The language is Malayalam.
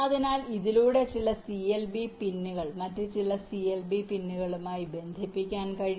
അതിനാൽ ഇതിലൂടെ ചില CLB പിന്നുകൾ മറ്റ് ചില CLB പിൻകളുമായി ബന്ധിപ്പിക്കാൻ കഴിയും